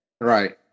Right